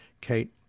Kate